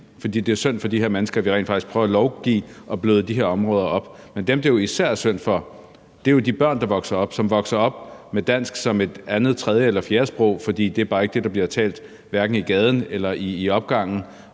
fordi det er synd for de her mennesker, at vi rent faktisk prøver at lovgive og bløde de her områder op. Men dem, det jo især er synd for, er de børn, som vokser op med dansk som et andet-, tredje- eller fjerdesprog, fordi det bare ikke er det, der bliver talt, hverken på gaden eller i opgangen,